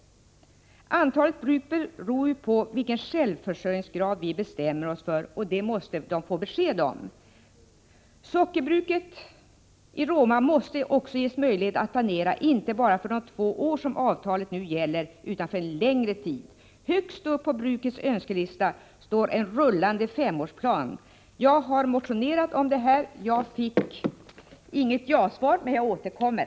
Antalet bruk beror ju på vilken självförsörjningsgrad vi bestämmer oss för. Det måste de få besked om. Sockerbruket i Roma måste också ges möjlighet att planera inte bara för de två år som avtalen nu gäller utan för en längre tid. Högst på brukets önskelista står ett rullande femårsavtal. Längre planeringstider ger bättre ekonomiska förutsättningar. Jag har motionerat om detta. Jag fick inget ja-svar, men jag återkommer.